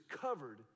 covered